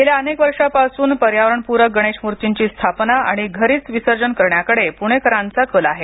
गेल्या अनेक वर्षापासून पर्यावरण पूरक गणेश मूर्तीची स्थापना आणि घरीच विसर्जन करण्याकडे पुणेकरांचा कल आहे